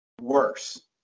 worse